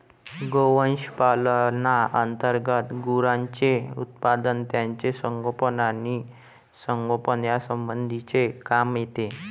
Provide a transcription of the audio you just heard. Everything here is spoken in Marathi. गोवंश पालना अंतर्गत गुरांचे उत्पादन, त्यांचे संगोपन आणि संगोपन यासंबंधीचे काम येते